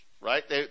right